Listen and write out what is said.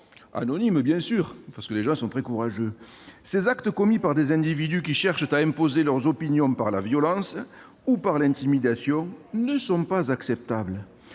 anonymes bien sûr, car ces gens ne sont pas très courageux ! Ces actes commis par des individus qui cherchent à imposer leurs opinions par la violence ou par l'intimidation ne sont pas acceptables.